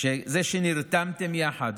שזה שנרתמתם יחד,